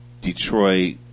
Detroit